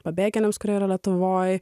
pabėgėliams kurie yra lietuvoje